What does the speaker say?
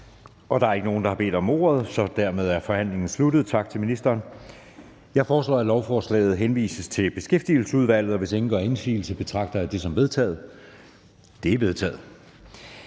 Der er ikke flere, der har bedt om ordet, og derfor er forhandlingen sluttet. Jeg foreslår, at forslaget til folketingsbeslutning henvises til Beskæftigelsesudvalget. Hvis ingen gør indsigelse, betragter jeg dette som vedtaget. Det er vedtaget.